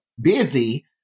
busy